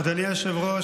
אדוני היושב-ראש,